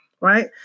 right